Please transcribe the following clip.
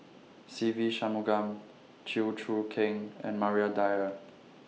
Se Ve Shanmugam Chew Choo Keng and Maria Dyer